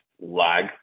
lag